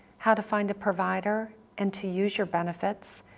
how to find a provider and to use your benefits,